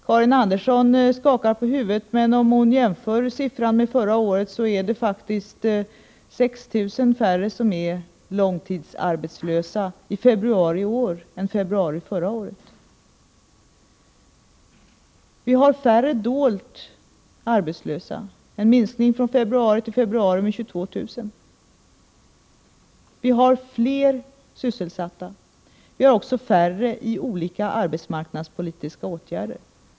Karin Andersson skakar på huvudet, men om hon jämför siffrorna med siffrorna från förra året är det faktiskt 6 000 färre långtidsarbetslösa i februari i år än i februari förra året. Vi har också färre dolt arbetslösa. Det är en minskning från februari till februari med 22 000. Vi har vidare fler sysselsatta. Och vi har också färre i olika arbetsmarknadspolitiska åtgärder.